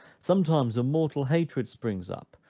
sometimes a mortal hatred springs up,